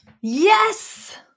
Yes